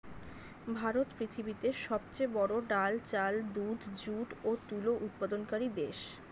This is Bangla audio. ভারত পৃথিবীতে সবচেয়ে বড়ো ডাল, চাল, দুধ, যুট ও তুলো উৎপাদনকারী দেশ